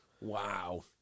Wow